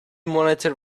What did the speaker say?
monitor